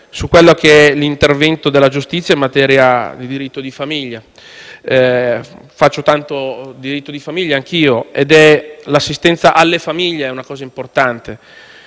un breve cenno all'intervento della giustizia in materia di diritto di famiglia. Faccio diritto di famiglia anch'io: l'assistenza alle famiglie è un aspetto importante,